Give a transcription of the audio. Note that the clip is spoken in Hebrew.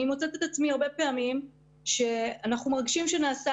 אני מוצאת את עצמי הרבה פעמים כשאנחנו מרגישים שנעשה